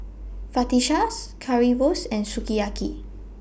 Fajitas Currywurst and Sukiyaki